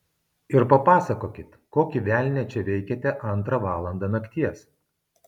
ir papasakokit kokį velnią čia veikiate antrą valandą nakties